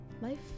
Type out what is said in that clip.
Life